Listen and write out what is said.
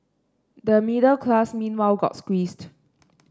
the middle class meanwhile got squeezed